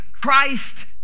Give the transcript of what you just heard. Christ